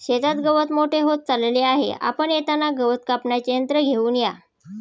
शेतात गवत मोठे होत चालले आहे, आपण येताना गवत कापण्याचे यंत्र घेऊन या